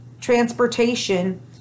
transportation